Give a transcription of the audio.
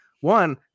One